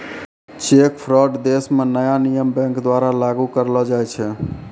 cheque fraud देश म नया नियम बैंक द्वारा लागू करलो जाय छै